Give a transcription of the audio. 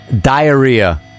diarrhea